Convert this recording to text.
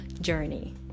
journey